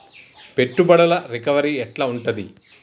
పెట్టుబడుల రికవరీ ఎట్ల ఉంటది?